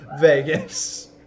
Vegas